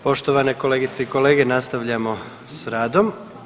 Poštovane kolegice i kolege, nastavljamo s radom.